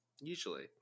Usually